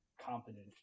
competent